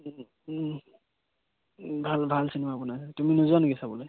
ভাল ভাল চিনেমা বনাইছে তুমি নোযোৱা নেকি চাবলৈ